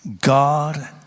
God